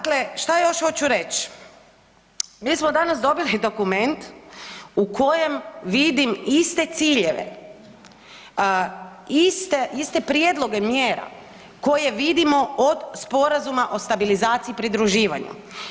Dakle, šta još hoću reći, mi smo danas dobili dokument u kojem vidim iste ciljeve, iste prijedloge mjere koje vidimo od sporazuma o stabilizaciji i pridruživanju.